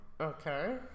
Okay